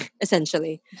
essentially